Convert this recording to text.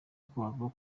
kuhava